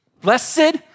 Blessed